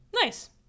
Nice